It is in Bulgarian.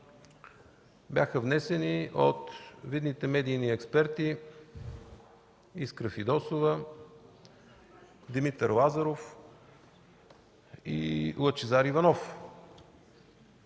бяха внесени от видните медийни експерти Искра Фидосова, Димитър Лазаров и Лъчезар Иванов.